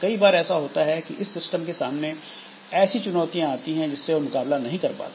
कई बार ऐसा होता है इस सिस्टम के सामने ऐसी चुनौतियां आती है जिससे वह मुकाबला नहीं कर पाता